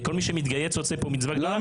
וכל מי שמתגייס עושה פה מצווה.